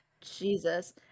Jesus